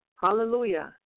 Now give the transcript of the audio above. Hallelujah